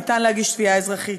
ניתן להגיש תביעה אזרחית,